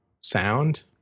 sound